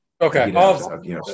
Okay